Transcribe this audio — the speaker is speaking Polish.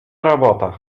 robota